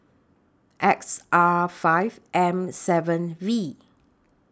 X R five M seven V